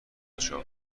چهار